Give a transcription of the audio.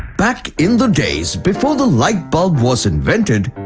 back in the days, before the light bulb was invented.